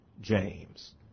James